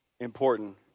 important